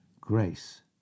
grace